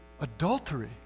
adultery